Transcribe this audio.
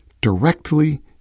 directly